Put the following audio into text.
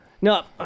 No